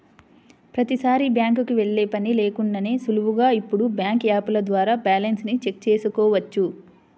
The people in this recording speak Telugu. ప్రతీసారీ బ్యాంకుకి వెళ్ళే పని లేకుండానే సులువుగా ఇప్పుడు బ్యాంకు యాపుల ద్వారా బ్యాలెన్స్ ని చెక్ చేసుకోవచ్చు